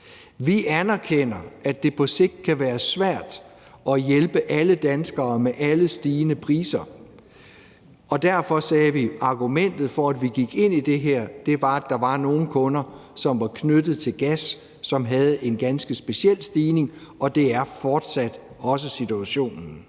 Vi anerkender, at det på sigt kan være svært at hjælpe alle danskere med alle stigende priser, og derfor sagde vi, at argumentet for, at vi gik ind i det her, var, at der var nogle kunder, som var knyttet til gas, der havde en ganske speciel stigning, og det er fortsat også situationen.